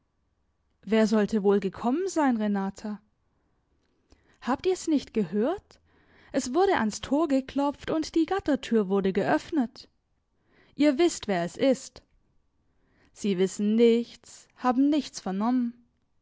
wer sollte wohl gekommen sein renata habt ihr's nicht gehört es wurde ans tor geklopft und die gattertür wurde geöffnet ihr wißt wer es ist sie wissen nichts haben nichts vernommen